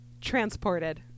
transported